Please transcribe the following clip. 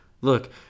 Look